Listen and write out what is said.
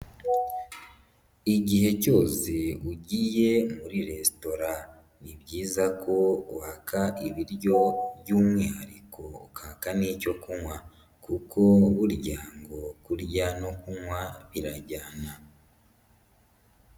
Igihe cyose ugiye muri resitora ni byiza ko uhaka ibiryo by'umwihariko ukaka n'icyo kunywa kuko burya ngo kurya no kunywa birajyana.